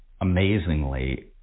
amazingly